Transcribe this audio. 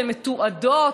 שמתועדות,